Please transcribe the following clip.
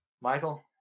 Michael